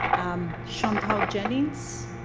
um, shantell jennings,